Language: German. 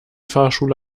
fahrschule